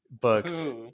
books